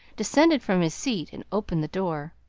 descended from his seat, and opened the door.